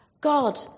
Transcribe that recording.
God